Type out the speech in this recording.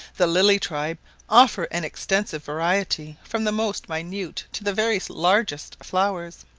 the lily tribe offer an extensive variety from the most minute to the very largest flowers.